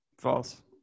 False